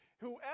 Whoever